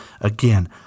again